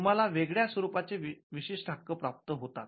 तुम्हाला वेगळ्या स्वरूपाचे विशिष्ट हक्क प्राप्त होतात